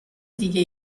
دیگه